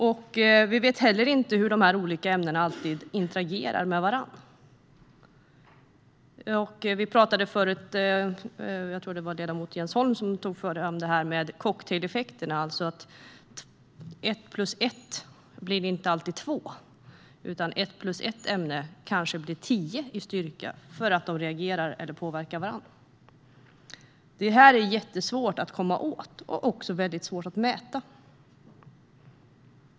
Vi vet inte heller alltid hur olika ämnen interagerar med varandra. Ledamot Jens Holm tog tidigare upp cocktaileffekterna, det vill säga att ett-plus-ett inte alltid blir två, utan ett-ämne-plus-ett-ämne kanske blir tio i styrka eftersom de reagerar med eller påverkar varandra. Detta är svårt att komma åt och svårt att mäta.